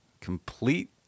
complete